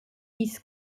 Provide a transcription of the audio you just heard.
dies